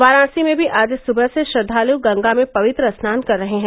वाराणसी में भी आज सुबह से श्रद्वालु गंगा में पवित्र स्नान कर रहे हैं